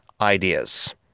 Ideas